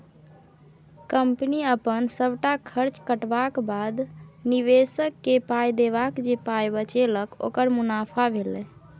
कंपनीक अपन सबटा खर्च कटबाक बाद, निबेशककेँ पाइ देबाक जे पाइ बचेलक ओकर मुनाफा भेलै